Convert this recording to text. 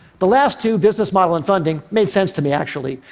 the last two, business model and funding, made sense to me actually.